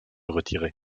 retirer